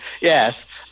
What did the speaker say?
Yes